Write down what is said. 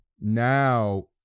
now